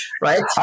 right